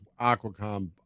Aquacom